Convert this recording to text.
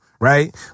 Right